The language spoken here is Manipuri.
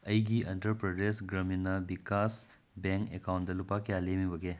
ꯑꯩꯒꯤ ꯑꯟꯗ꯭ꯔ ꯄ꯭ꯔꯗꯦꯁ ꯒ꯭ꯔꯥꯃꯤꯅꯥ ꯕꯤꯀꯥꯁ ꯕꯦꯡ ꯑꯦꯀꯥꯎꯟꯇ ꯂꯨꯄꯥ ꯀꯌꯥ ꯂꯦꯝꯃꯤꯕꯒꯦ